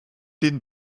den